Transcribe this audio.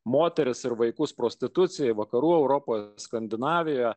moteris ir vaikų prostitucija vakarų europoje skandinavijoje